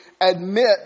admit